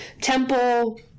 temple